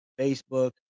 Facebook